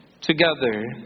together